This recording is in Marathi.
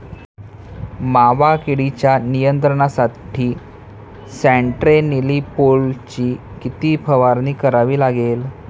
मावा किडीच्या नियंत्रणासाठी स्यान्ट्रेनिलीप्रोलची किती फवारणी करावी लागेल?